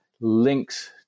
links